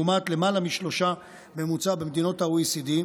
לעומת למעלה משלושה בממוצע במדינות ה-OECD.